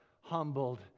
Humbled